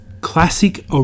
classic